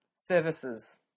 services